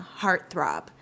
heartthrob